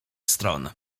stron